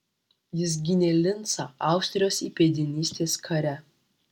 jis gynė lincą austrijos įpėdinystės kare